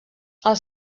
els